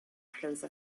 close